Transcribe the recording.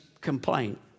complaint